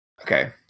Okay